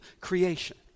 creation